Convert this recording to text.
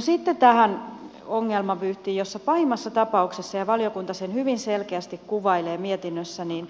sitten tähän ongelmavyyhtiin jossa pahimmassa tapauksessa ja valiokunta sen hyvin selkeästi kuvailee mietinnössä on